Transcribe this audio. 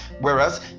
Whereas